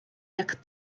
jak